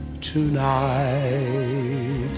tonight